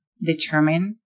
determine